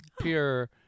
pure